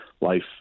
life